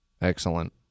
excellent